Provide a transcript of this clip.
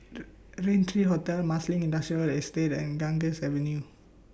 Raintr Hotel Marsiling Industrial Estate and Ganges Avenue